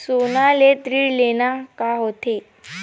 सोना ले ऋण लेना का होथे?